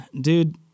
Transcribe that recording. dude